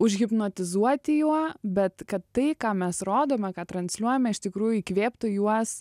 užhipnotizuoti juo bet kad tai ką mes rodome ką transliuojame iš tikrųjų įkvėptų juos